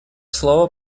слово